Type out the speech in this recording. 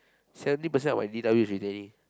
seventy percent of what D_W is already